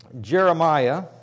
Jeremiah